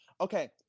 Okay